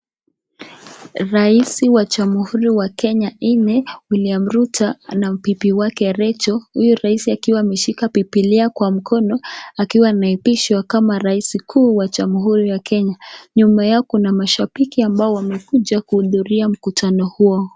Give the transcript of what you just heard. Rais wa jamuhuri ya kenya inne, William Samoei Ruto ana bibi wake Rechael, huyu rais akiwa ameshika bibilia jwa mkono, akiwa ameapishwa kama rais mkuu wa jamuhuri ya Kenya, nyuma yao kuna mashabiki ambao wamekuja kuudhuria mkutano huo.